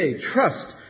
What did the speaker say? trust